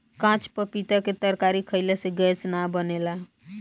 काच पपीता के तरकारी खयिला से गैस नाइ बनेला